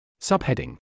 Subheading